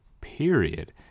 period